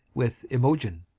with imogen